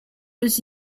was